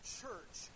church